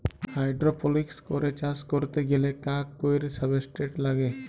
hydroponics করে চাষ ক্যরতে গ্যালে কাক কৈর সাবস্ট্রেট লাগে